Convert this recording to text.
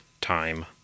time